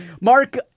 Mark